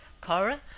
Cora